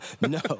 No